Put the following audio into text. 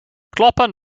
kloppen